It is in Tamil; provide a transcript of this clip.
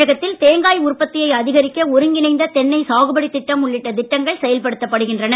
தமிழகத்தில் தேங்காய் உற்பத்தியை அதிகரிக்க ஒருங்கிணைந்த தென்னை சாகுபடி திட்டம் உள்ளிட்ட திட்டங்கள் செயல்படுத்தப்படுகின்றன